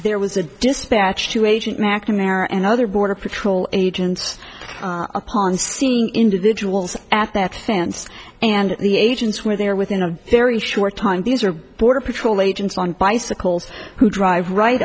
there was a dispatch to agent mcnamara and other border patrol agents upon seeing individuals at that fence and the agents were there within a very short time these are border patrol agents on bicycles who drive right